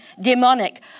demonic